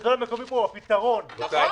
השלטון המקומי פה הוא הפתרון, לא הבעיה.